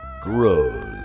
grows